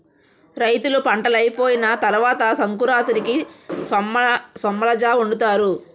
రైతులు పంటలైపోయిన తరవాత సంకురాతిరికి సొమ్మలజావొండుతారు